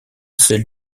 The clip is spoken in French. celle